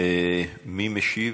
מי משיב?